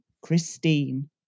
christine